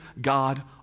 God